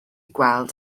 gweld